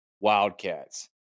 Wildcats